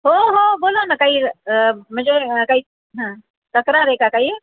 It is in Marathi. हो हो बोला ना काही म्हणजे काही तक्रार आहे का काही